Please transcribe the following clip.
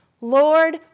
Lord